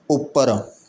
ਉੱਪਰ